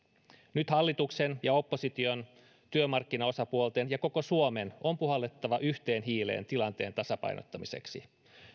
nyt hallituksen ja opposition työmarkkinaosapuolten ja koko suomen on puhallettava yhteen hiileen tilanteen tasapainottamiseksi